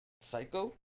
Psycho